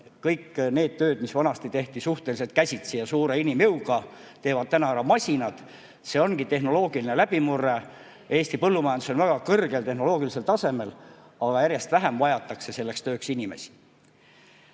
kõik tööd, mida vanasti tehti käsitsi ja suure inimjõuga, teevad ära masinad. See ongi tehnoloogiline läbimurre. Eesti põllumajandus on väga kõrgel tehnoloogilisel tasemel ja järjest vähem vajatakse selleks tööks inimesi.